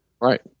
Right